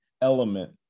element